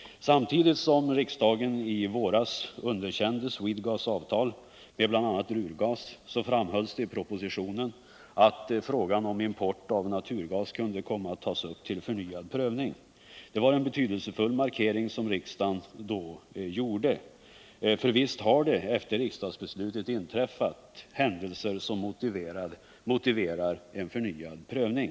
Samtidigt som riksdagen i våras underkände Swedegas avtal med bl.a. Ruhrgas framhölls det i propositionen att frågan om import av naturgas kunde komma att tas upp till förnyad prövning. Det var en betydelsefull markering som riksdagen då gjorde, för visst har det efter riksdagsbeslutet inträffat händelser som motiverar en förnyad prövning.